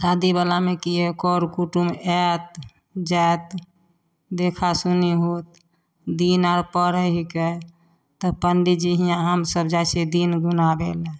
शादीवलामे कि ई कर कुटुम्ब आएत जाएत देखा सुनी होत दिन आर पड़ै हिकै तऽ पण्डीजी हिआँ हमसभ जाइ छिए दिन गुनाबै ले